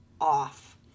off